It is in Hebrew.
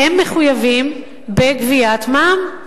הם מחויבים בגביית מע"מ,